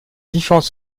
différentes